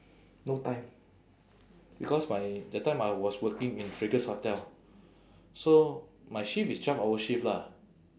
no time because my that time I was working in fragrance hotel so my shift is twelve hour shift lah